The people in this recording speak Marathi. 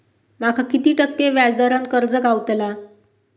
माका किती टक्के व्याज दरान कर्ज गावतला?